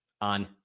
on